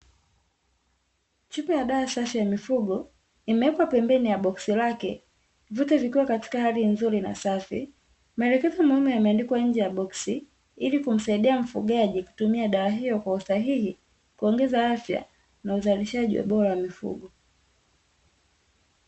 Chupa ya dawa safi ya mifugo, imewekwa pembeni ya boksi lake, vyote katika vikiwa katika hali nzuri na safi. Maelekezo muhimu yameandikwa nje ya boksi, ili kumsaidia mfugaji kutumia dawa hiyo kuongeza afya na uzalishaji bora wa mifugo.